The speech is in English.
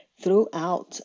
throughout